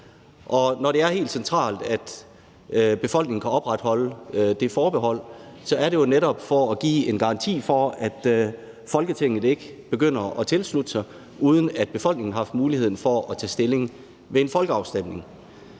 Det er helt centralt, at befolkningen kan opretholde det forbehold, og det er jo netop for at give en garanti for, at Folketinget ikke begynder at tilslutte sig, uden at befolkningen har haft mulighed for at tage stilling ved en folkeafstemning.